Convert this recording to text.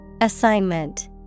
Assignment